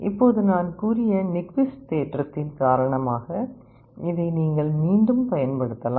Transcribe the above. இப்போது நான் கூறிய நிக்விஸ்ட் தேற்றத்தின் காரணமாக இதை நீங்கள் மீண்டும் பயன்படுத்தலாம்